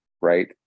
right